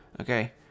Okay